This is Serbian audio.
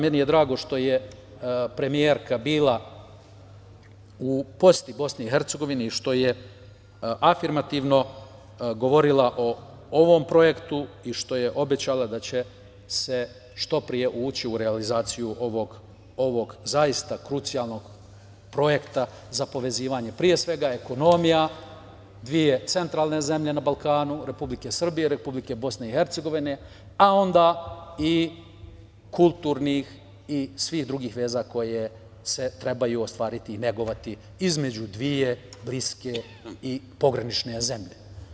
Meni je drago što je premijerka bila u poseti BiH, što je afirmativno govorila o ovom projektu i što je obećala da će se što pre ući u realizaciju ovog zaista krucijalnog projekta za povezivanje, pre svega ekonomija dve centralne zemlje na Balkanu, Republike Srbije i Republike Bosne i Hercegovine, a onda i kulturnih i svih drugih veza koje se trebaju ostvariti i negovati između dve bliske i pogranične zemlje.